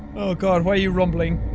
god, why are you rumbling?